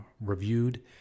reviewed